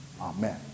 Amen